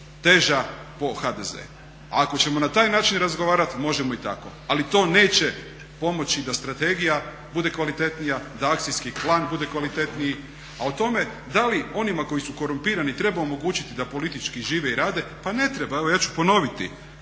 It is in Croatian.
teža po HDZ. A ako ćemo na taj način razgovarati možemo i tako. Ali to neće pomoći da strategija bude kvalitetnija, da akcijski plan bude kvalitetniji. A o tome da li onima koji su korumpirani treba omogućiti da politički žive i rade, pa ne treba. Evo ja ću ponoviti